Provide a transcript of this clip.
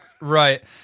right